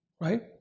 right